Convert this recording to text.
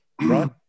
right